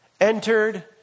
entered